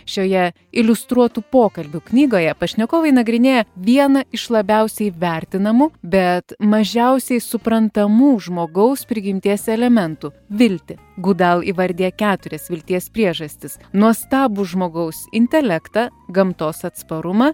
šioje iliustruotų pokalbių knygoje pašnekovai nagrinėja vieną iš labiausiai vertinamų bet mažiausiai suprantamų žmogaus prigimties elementų viltį gudal įvardija keturias vilties priežastis nuostabų žmogaus intelektą gamtos atsparumą